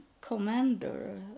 commander